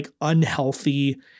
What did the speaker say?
unhealthy